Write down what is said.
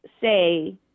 say